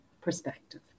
perspective